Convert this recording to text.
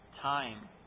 time